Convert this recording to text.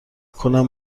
کنم